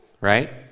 right